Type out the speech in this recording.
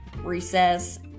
Recess